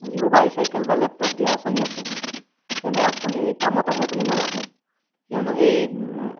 যিবোৰ বাইচাইকেল বা লেপটপ দিয়াৰ আঁচনি আছে তেনে আঁচনি কামত আহে বুলি মই ভাবোঁ কিয়নো সেই